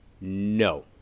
No